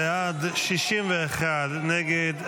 בעד, 61 נגד.